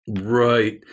Right